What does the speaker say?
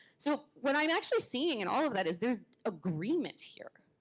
so what i'm actually seeing in all of that is there's agreement here.